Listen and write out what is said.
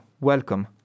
Welcome